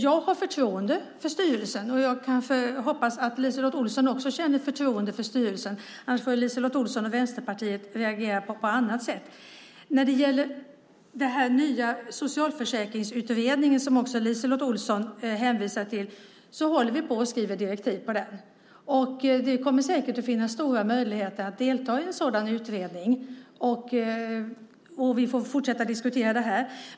Jag har förtroende för styrelsen, och jag hoppas att LiseLotte Olsson också känner förtroende för den. Annars får LiseLotte Olsson och Vänsterpartiet reagera på annat sätt. Den nya socialförsäkringsutredning som LiseLotte Olsson hänvisade till håller vi på att skriva direktiv till. Det kommer säkert att finnas stora möjligheter att delta i en sådan utredning, och vi får fortsätta att diskutera det här.